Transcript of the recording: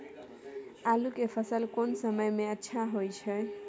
आलू के फसल कोन समय में अच्छा होय छै?